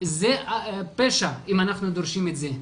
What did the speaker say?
זה פשע אם אנחנו דורשים את זה.